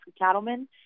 Cattlemen